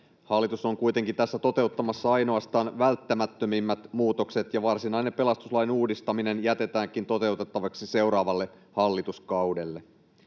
Hallitus on kuitenkin tässä toteuttamassa ainoastaan välttämättömimmät muutokset, ja varsinainen pelastuslain uudistaminen jätetäänkin toteutettavaksi seuraavalle hallituskaudelle.